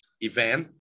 event